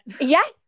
yes